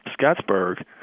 Scottsburg